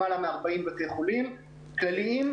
למעלה מ-40 בתי חולים: כלליים,